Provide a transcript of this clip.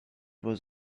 was